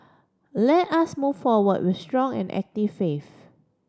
let us move forward with strong and active faith